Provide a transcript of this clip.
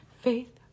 Faith